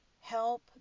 help